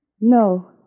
No